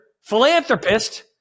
philanthropist